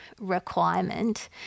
requirement